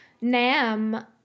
Nam